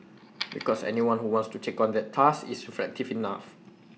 because anyone who wants to take on that task is reflective enough